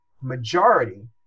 majority